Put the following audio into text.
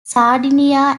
sardinia